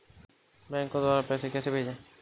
Bank द्वारा पैसे कैसे भेजें?